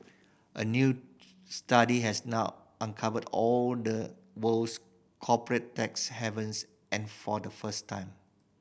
a new study has now uncovered all the world's corporate tax havens and for the first time